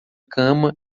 cama